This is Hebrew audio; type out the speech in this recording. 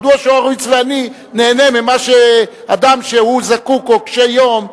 מדוע שהורוביץ ואני ניהנה ממה שאדם שהוא זקוק או קשה יום ייהנה?